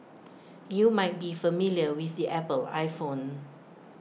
you might be familiar with the Apple iPhone